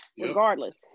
regardless